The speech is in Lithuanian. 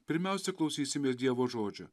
pirmiausia klausysimės dievo žodžio